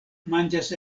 manĝas